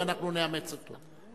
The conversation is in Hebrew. אם אנחנו נאמץ אותו.